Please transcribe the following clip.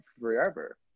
forever